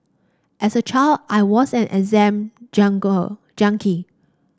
as a child I was an exam jungle junkie